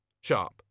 Sharp